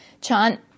Chan